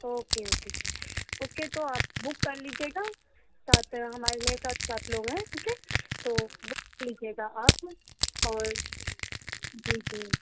okay okay sir okay تو آپ book کر لیجئے گا ساتھ ہمارے لیے سات سات لوگ ہیں ٹھیک ہے تو بک کر لیجئے گا آپ اور جی جی